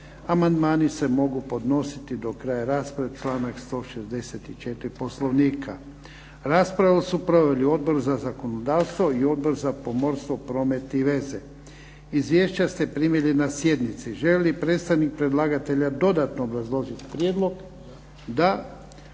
Amandmani se mogu podnositi do kraja rasprave, članak 164. Poslovnika. Raspravu su proveli Odbor za zakonodavstvo i Odbor za pomorstvo, promet i veze. Izvješća ste primili na sjednici. Želi li predstavnik predlagatelja dodatno obrazložiti prijedlog? Da.